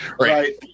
Right